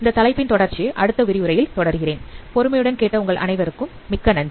இந்த தலைப்பின் தொடர்ச்சி அடுத்த விரிவுரையில் தொடருகிறேன் பொறுமையுடன் கேட்ட உங்கள் அனைவருக்கும் மிக்க நன்றி